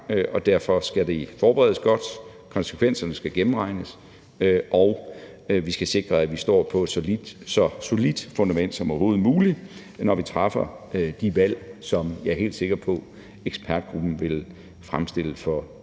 derfor skal det forberedes godt. Konsekvenserne skal gennemregnes, og vi skal sikre, at vi står på et så solidt fundament som overhovedet muligt, når vi træffer de valg. Og jeg er helt sikker på, at ekspertgruppen vil fremstille